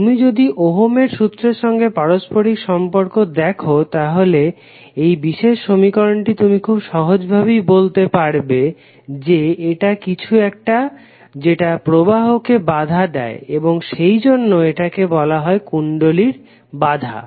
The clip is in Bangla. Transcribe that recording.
তুমি যদি ওহমের সূত্রের Ohms law সঙ্গে পারস্পরিক সম্পর্ক দেখো এই বিশেষ সমীকরণের তুমি খুব সহজভাবেই বলতে পারবে যে এটা কিছু একটা যেটা প্রবাহকে বাধা দেয় এবং সেইজন্য এটাকে বলা হয় কুণ্ডলীর বাধা